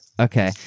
Okay